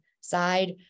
side